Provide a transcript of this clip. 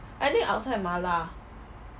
I think outside 麻辣